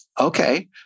okay